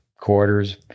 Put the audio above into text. Quarters